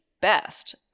best